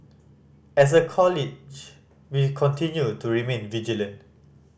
as a College we continue to remain vigilant